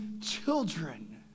children